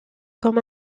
comme